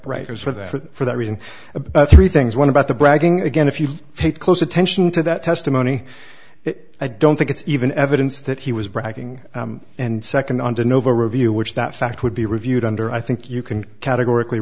right writers for that for that reason about three things one about the bragging again if you pay close attention to that testimony i don't think it's even evidence that he was bragging and second under novo review which that fact would be reviewed under i think you can categor